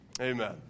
Amen